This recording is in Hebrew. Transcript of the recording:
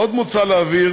עוד מוצע להבהיר